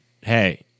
hey